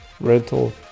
rental